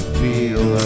feel